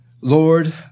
Lord